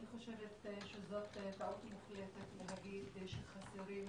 אני חושבת שזו טעות מוחלטת להגיד שחסרים,